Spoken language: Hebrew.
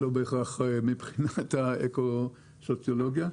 לא בהכרח מבחינת האקו-סוציולוגיה,